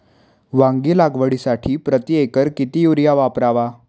वांगी लागवडीसाठी प्रति एकर किती युरिया वापरावा?